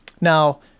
Now